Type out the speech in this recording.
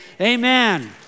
Amen